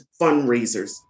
fundraisers